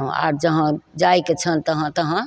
हाँ आओर जहाँ जाएके छनि तहाँ तहाँ